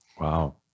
Wow